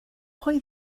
pwy